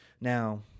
Now